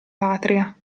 patria